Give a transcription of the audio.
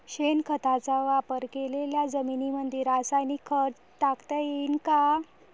शेणखताचा वापर केलेल्या जमीनीमंदी रासायनिक खत टाकता येईन का?